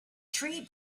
tree